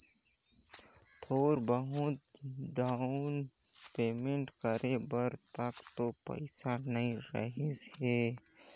थोर बहुत down payment करे बर तक तो पइसा नइ रहीस हे